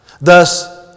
Thus